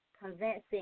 convincing